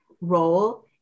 role